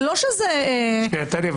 זה לא שזה --- שנייה טלי,